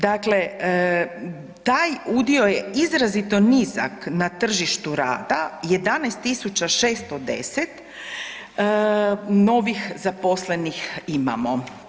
Dakle, taj udio je izrazito nizak na tržištu rada, 11610 novih zaposlenih imamo.